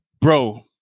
Bro